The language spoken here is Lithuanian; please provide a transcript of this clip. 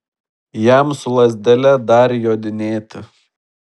jam su lazdele dar jodinėti